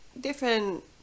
different